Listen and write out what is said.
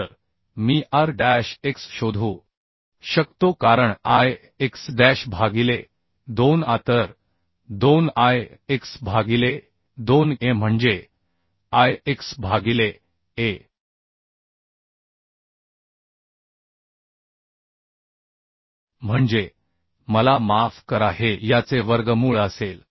तर मी R dash x शोधू शकतो कारण I x डॅश भागिले 2 a तर 2 I x भागिले 2 a म्हणजे I x भागिले a म्हणजे मला माफ करा हे याचे वर्गमूळ असेल